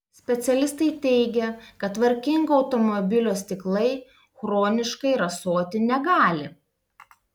specialistai teigia kad tvarkingo automobilio stiklai chroniškai rasoti negali